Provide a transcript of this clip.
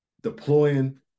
deploying